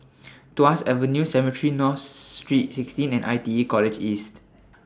Tuas Avenue Cemetry North St sixteen and ITE College East